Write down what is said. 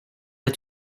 att